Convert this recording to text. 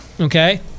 Okay